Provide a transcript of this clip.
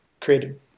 created